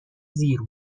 زیر